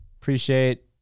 appreciate